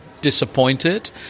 disappointed